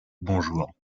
bonjour